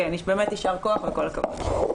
כן, באמת יישר כוח וכל הכבוד.